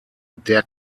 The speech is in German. der